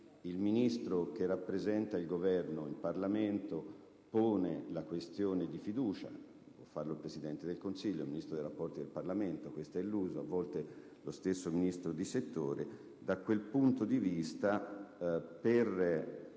Il Ministro che rappresenta il Governo in Parlamento pone la questione di fiducia - può farlo il Presidente del Consiglio, il Ministro per i rapporti con il Parlamento (questo è l'uso), talvolta anche lo stesso Ministro di settore - e, dal punto di vista della